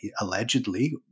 allegedly